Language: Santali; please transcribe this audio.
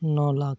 ᱱᱚ ᱞᱟᱠᱷ